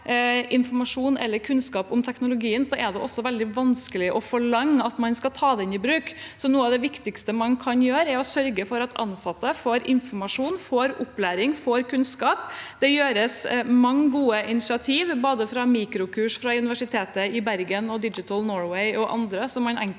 er det også veldig vanskelig å forlange at man skal ta den i bruk. Noe av det viktigste man kan gjøre, er å sørge for at ansatte får informasjon, opplæring og kunnskap. Det er mange gode initiativ, f.eks. mikrokurs fra både Universitetet i Bergen og DigitalNorway og andre